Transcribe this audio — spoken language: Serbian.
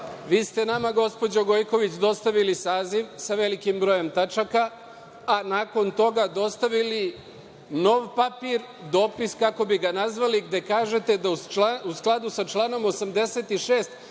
ste nama, gospođo Gojković, dostavili saziv sa velikim brojem tačaka, a nakon toga dostavili nov papir, dopis, kako bi ga nazvali, gde kažete da, u skladu sa članom 86,